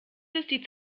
ist